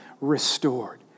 restored